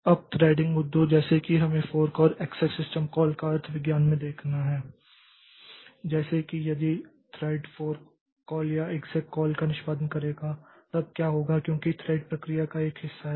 अब थ्रेडिंग मुद्दों जैसे कि हमें फोर्क और एक्सेक् सिस्टम कॉल के अर्थ विज्ञान में देखना है जैसे कि यदि थ्रेड फोर्क कॉल या एक्सेक् कॉल का निष्पादन करेगा तब क्या होगा क्योंकि थ्रेड प्रक्रिया का एक हिस्सा है